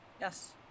Yes